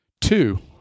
Two